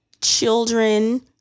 children